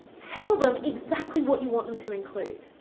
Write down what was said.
tell them exactly what you want them to include.